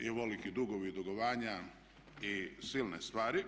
i ovoliki dugovi i dugovanja i silne stvari.